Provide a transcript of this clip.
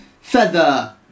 feather